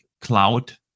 Cloud